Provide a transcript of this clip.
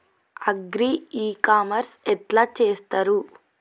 Agri e commerce ఎట్ల చేస్తరు?